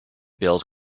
bills